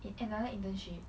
in another internship